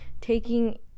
Taking